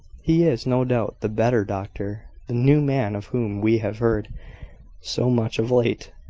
he is, no doubt, the better doctor the new man of whom we have heard so much of late.